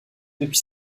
depuis